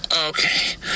okay